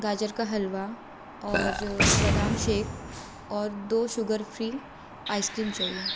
गाजर का हलवा और बदाम शेक और दो शुगर फ़्री आइस क्रीम चाहिए